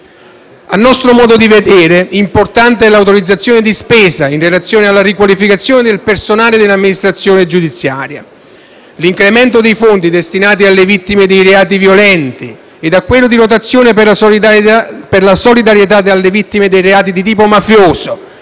A nostro modo di vedere, importante è l'autorizzazione di spesa, in relazione alla riqualificazione del personale dell'amministrazione giudiziaria. L'incremento dei fondi destinati alle vittime di reati violenti e di quello di rotazione per la solidarietà alle vittime dei reati di tipo mafioso,